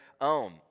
own